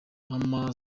mama